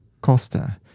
Costa